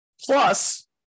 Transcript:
Plus